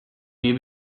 may